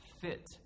fit